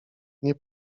nie